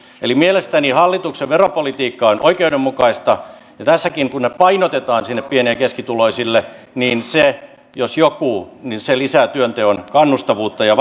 eli mielestäni hallituksen veropolitiikka on oikeudenmukaista ja tässäkin kun ne painotetaan sinne pieni ja keskituloisille niin se jos mikä lisää työnteon kannustavuutta ja